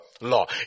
law